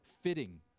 fitting